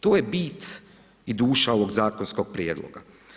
To je bit i duša ovog zakonskog prijedloga.